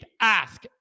ask